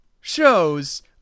shows